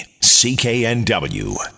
CKNW